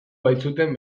baitzuten